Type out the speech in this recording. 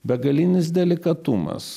begalinis delikatumas